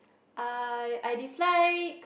I I dislike